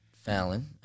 Fallon